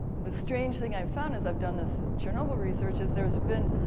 the strange thing i've found as i've done this chernobyl research is there's been.